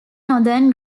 northern